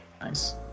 Nice